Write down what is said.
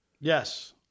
Yes